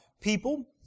people